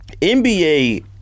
NBA